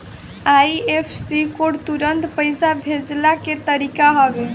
IFSC code तुरंत पईसा भेजला के तरीका हवे